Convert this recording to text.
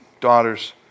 daughters